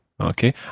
Okay